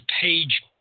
page